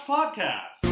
Podcast